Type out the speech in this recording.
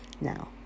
Now